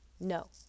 No